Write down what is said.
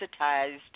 desensitized